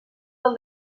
del